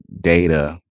Data